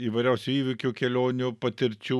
įvairiausių įvykių kelionių patirčių